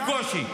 בקושי.